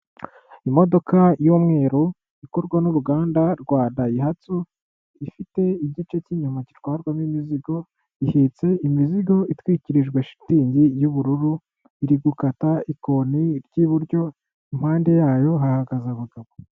Imodoka y'umweru ikorwa n'uruganda rwa dayihatsu, ifite igice cy'inyuma gitwarwamo imizigo, ihetse imizigo itwikirijwe shitingi y'ubururu, iri gukata ikoni ry'iburyo, impande yayo hahagaze abagabo.